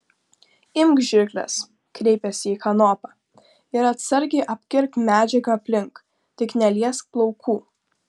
imk žirkles kreipėsi į kanopą ir atsargiai apkirpk medžiagą aplink tik neliesk plaukų